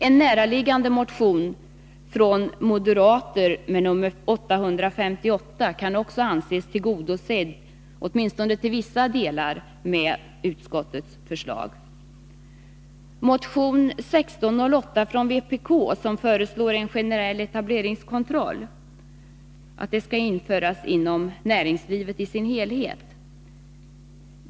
En näraliggande motion från moderaterna, nr 1982/83:858, kan också anses tillgodosedd, åtminstone till vissa delar, med utskottets förslag. I motion nr 1608 från vpk föreslås att en generell etableringskontroll skall införas inom näringslivet i dess helhet.